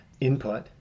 input